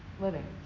living